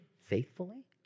faithfully